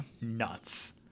nuts